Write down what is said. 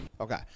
Okay